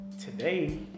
today